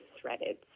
threaded